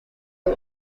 del